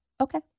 okay